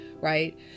right